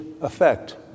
effect